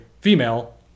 female